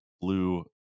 Blue